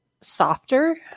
softer